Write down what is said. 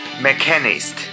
Mechanist